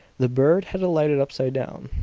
the bird had alighted upside down!